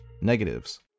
negatives